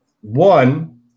One